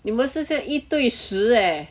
你们是在一对十 eh